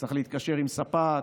צריך להתקשר עם ספק,